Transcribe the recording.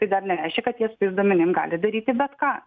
tai dar nereiškia kad jie su tais duomenim gali daryti bet ką